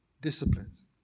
disciplines